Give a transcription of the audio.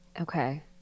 Okay